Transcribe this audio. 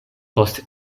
post